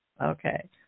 Okay